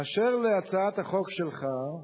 באשר להצעת החוק שלך,